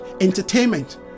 entertainment